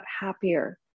happier